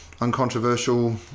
uncontroversial